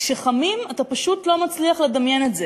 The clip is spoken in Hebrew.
כשחמים אתה פשוט לא מצליח לדמיין את זה.